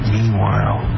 Meanwhile